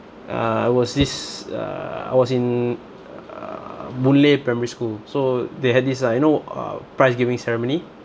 uh I was this uh I was in uh boon lay primary school so they had this uh you know uh prize giving ceremony